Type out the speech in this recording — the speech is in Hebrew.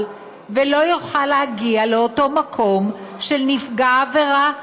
ולא יוכל להגיע לאותו מקום של נפגע העבירה,